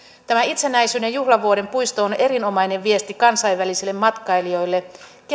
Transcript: itsenäisyyden juhlavuoden puisto on erinomainen viesti kansainvälisille matkailijoille